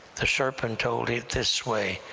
the serpent told it this way,